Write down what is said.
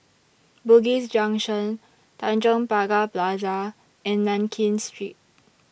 Bugis Junction Tanjong Pagar Plaza and Nankin Street